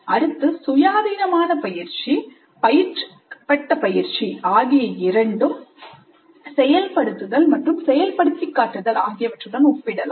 அடுத்து "சுயாதீனமான பயிற்சி" "பயிற்றுவிக்கப்பட்ட பயிற்சி" ஆகிய இரண்டும் செயல்படுத்துதல் மற்றும் செயல்படுத்திக் காட்டுதல் ஆகியவற்றுடன் ஒப்பிடலாம்